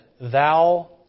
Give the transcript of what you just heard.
thou